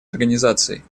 организаций